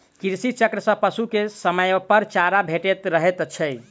कृषि चक्र सॅ पशु के समयपर चारा भेटैत रहैत छै